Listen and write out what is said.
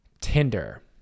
Tinder